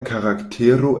karaktero